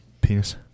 Penis